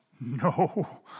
No